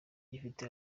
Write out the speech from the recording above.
gifite